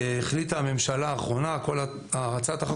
החליטה הממשלה האחרונה - הצעת החוק